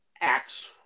acts